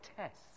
tests